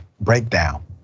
breakdown